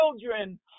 children